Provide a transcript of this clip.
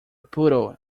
poodle